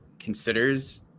considers